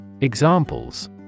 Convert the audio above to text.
Examples